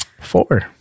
four